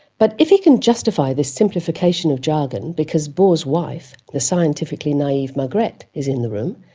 but if you can justify this simplification of jargon because bohr's wife, the scientifically naive margrethe, is in the room,